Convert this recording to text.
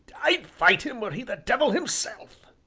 i'd fight him were he the devil himself!